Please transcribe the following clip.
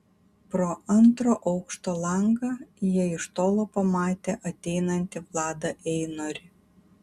pro antro aukšto langą jie iš tolo pamatė ateinantį vladą einorį